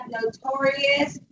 Notorious